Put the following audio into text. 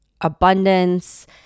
abundance